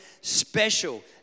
special